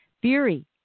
fury